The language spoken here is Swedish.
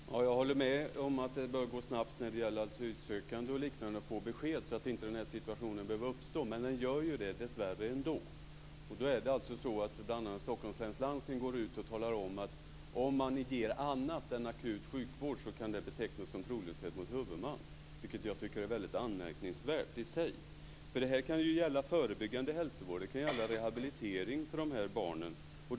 Fru talman! Jag håller med om att det bör gå snabbt när det gäller asylsökande att få besked, så att denna situation inte behöver uppstå. Dessvärre uppstår den ju ändå. Då har bl.a. Stockholms läns landsting gått ut och sagt att om man ger annat än akut sjukvård kan det betecknas som trolöshet mot huvudman, vilket jag tycker är väldigt anmärkningsvärt. Det kan ju gälla förebyggande hälsovård eller rehabilitering för dessa barn.